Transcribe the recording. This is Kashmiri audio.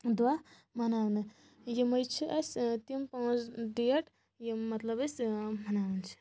دۄہ مَناونہٕ یِمٕے چھِ أسۍ تِم پانٛژھ ڈیٹ یِم مطلب أسۍ مناوان چھِ